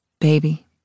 Baby